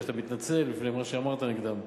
שאתה מתנצל בפני אלה שאמרת נגדם.